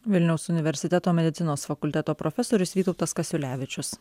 vilniaus universiteto medicinos fakulteto profesorius vytautas kasiulevičius